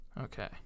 Okay